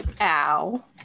Ow